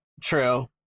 true